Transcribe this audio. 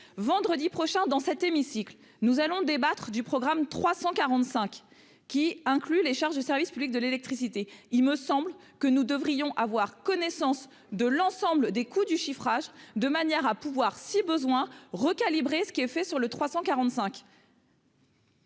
vendredi prochain dans cet hémicycle, nous allons débattre du programme 345 qui incluent les charges de service public de l'électricité, il me semble que nous devrions avoir connaissance de l'ensemble des coûts du chiffrage de manière à pouvoir si besoin recalibrer ce qui est fait sur le 345.